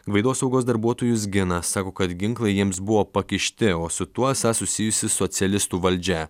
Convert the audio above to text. gvaido saugos darbuotojus gina sako kad ginklai jiems buvo pakišti o su tuo esą susijusi socialistų valdžia